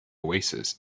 oasis